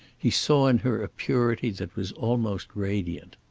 he saw in her a purity that was almost radiant.